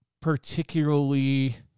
particularly